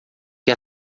que